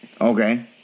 Okay